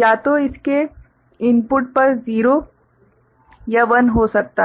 या तो इसके इनपुट पर 0 या 1 हो सकता है